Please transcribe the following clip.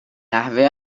نحوه